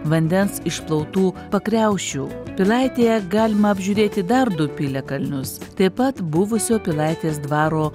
vandens išplautų pakriaušių pilaitėje galima apžiūrėti dar du piliakalnius taip pat buvusio pilaitės dvaro